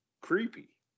creepy